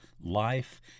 life